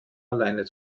allein